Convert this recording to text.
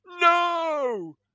No